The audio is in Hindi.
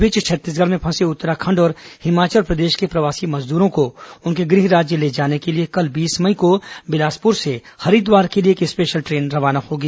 इस बीच छत्तीसगढ़ में फंसे उत्तराखंड और हिमाचल प्रदेश के प्रवासी श्रमिकों को उनके गृह राज्य ले जाने के लिए कल बीस मई को बिलासपुर से हरिद्वार के लिए एक स्पेशल ट्रेन रवाना होगी